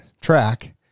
track